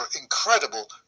incredible